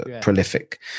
prolific